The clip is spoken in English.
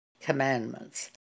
commandments